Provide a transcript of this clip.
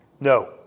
No